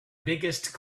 biggest